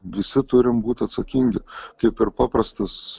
visi turim būt atsakingi kaip ir paprastas